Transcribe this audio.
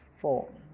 four